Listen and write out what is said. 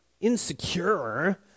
insecure